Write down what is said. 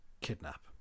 Kidnap